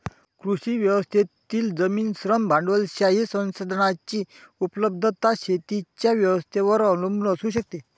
कृषी व्यवस्थेतील जमीन, श्रम, भांडवलशाही संसाधनांची उपलब्धता शेतीच्या व्यवस्थेवर अवलंबून असू शकते